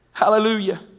Hallelujah